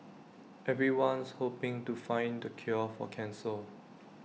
everyone's hoping to find the cure for cancer